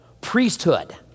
priesthood